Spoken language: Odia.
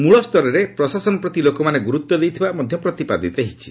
ମୃଳସ୍ତରରେ ପ୍ରଶାସନ ପ୍ରତି ଲୋକମାନେ ଗୁରୁତ୍ୱ ଦେଇଥିବା ମଧ୍ୟ ପ୍ରତିପାଦିତ ହୋଇଛି